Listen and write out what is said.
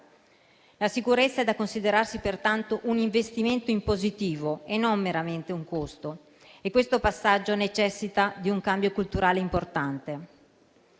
La sicurezza è da considerarsi, pertanto, un investimento in positivo e non meramente un costo e questo passaggio necessita di un cambio culturale importante.